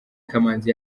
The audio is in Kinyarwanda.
kamanzi